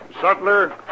Sutler